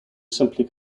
simply